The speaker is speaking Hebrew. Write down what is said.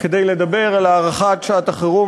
כדי לדבר על הארכת שעת-חירום,